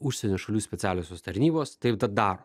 užsienio šalių specialiosios tarnybos taip daro